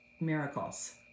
miracles